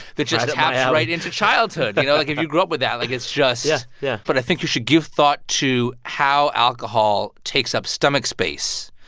that just taps you yeah right into childhood, you know? like, if you grew up with that, like, it's just yeah yeah but i think you should give thought to how alcohol takes up stomach space.